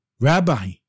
Rabbi